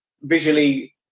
visually